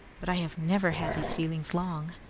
but i have never had these feelings long.